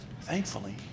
thankfully